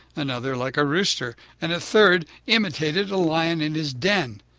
another like a rooster, and a third imitated a lion in his den.